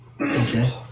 Okay